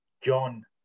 John